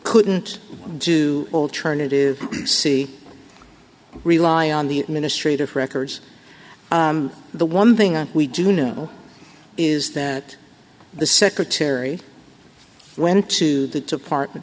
couldn't do alternative c rely on the administrators records the one thing we do know is that the secretary went to the department